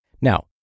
Now